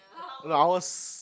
no I was